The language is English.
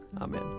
Amen